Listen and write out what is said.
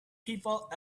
people